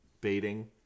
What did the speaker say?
baiting